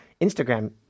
Instagram